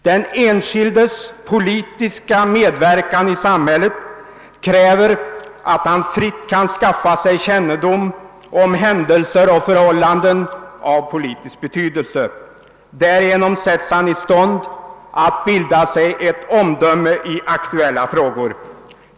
Den enskildes politiska medverkan i samhället kräver att han fritt kan skaffa sig kännedom om händelser och förhållanden av politisk betydelse. Därigenom sätts han i stånd att bilda sig ett omdöme i aktuella frågor.